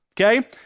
Okay